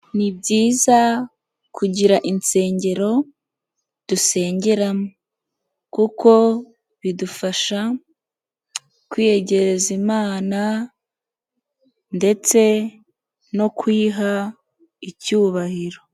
Ni byiza kugira insengero dusengeramo, kuko bidufasha kwiyegereza Imana ndetse no kuyiha icyubahiro.